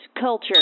culture